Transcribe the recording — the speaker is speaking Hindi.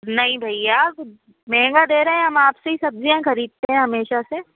नहीं भैया महंगा दे रहे हैं हम आप से ही सब्ज़ियाँ ख़रीदते है हमेशा से